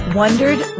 wondered